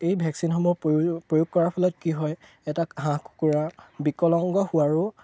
এই ভেকচিনসমূহৰ প্ৰয়োগ কৰাৰ ফলত কি হয় এটা হাঁহ কুকুৰা বিকলাংগ হোৱাৰো